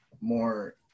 more